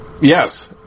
yes